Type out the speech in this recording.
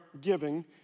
giving